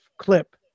clip